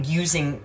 using